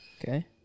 Okay